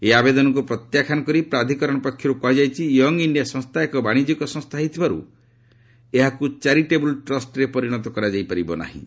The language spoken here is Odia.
ଏହି ଆବେଦନକୁ ପ୍ରତ୍ୟାଖ୍ୟାନ କରି ପ୍ରାଧିକରଣ ପକ୍ଷରୁ କୁହାଯାଇଛି ୟଙ୍ଗ୍ ଇଣ୍ଡିଆ ସଂସ୍ଥା ଏକ ବାଶିଜ୍ୟିକ ସଂସ୍ଥା ହୋଇଥିବାରୁ ଏହାକୁ ଚାରିଟେବୁଲ୍ ଟ୍ରଷ୍ଟରେ ପରିଣତ କରାଯାଇ ପାରିବ ନାହିଁ